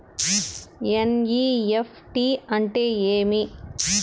NEFT అంటే ఏమి